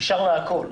נשאר לה הכול.